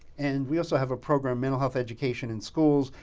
and we also have a program, mental health education in schools,